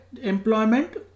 employment